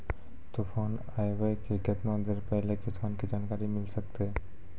तूफान आबय के केतना देर पहिले किसान के जानकारी मिले सकते?